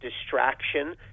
distraction